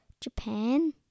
Japan